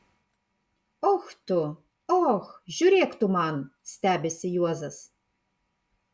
och tu och žiūrėk tu man stebisi juozas